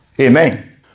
Amen